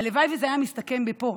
הלוואי שהאפליה הייתה מסתכמת פה.